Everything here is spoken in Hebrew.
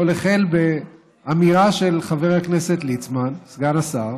הכול החל באמירה של חבר הכנסת ליצמן, סגן השר,